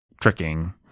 tricking